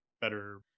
better